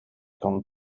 kan